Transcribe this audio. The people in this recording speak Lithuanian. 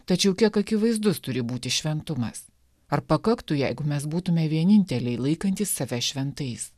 tačiau kiek akivaizdus turi būti šventumas ar pakaktų jeigu mes būtume vieninteliai laikantys save šventais